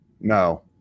No